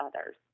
others